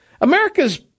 America's